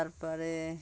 তারপরে